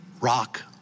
rock